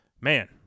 Man